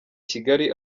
kigali